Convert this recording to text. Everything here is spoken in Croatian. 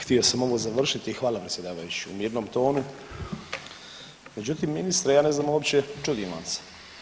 Htio sam ovo završiti i hvala predsjedavajući u jednom tonu, međutim ministre ja ne znam uopće, čudim vam se.